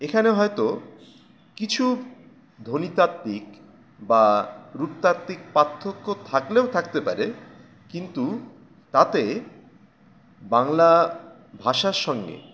এখানে হয়তো কিছু ধ্বনিতাত্ত্বিক বা রূপতাত্ত্বিক পার্থক্য থাকলেও থাকতে পারে কিন্তু তাতে বাংলা ভাষার সঙ্গে